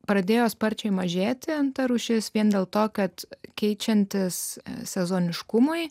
pradėjo sparčiai mažėti rūšis vien dėl to kad keičiantis sezoniškumui